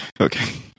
Okay